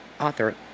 author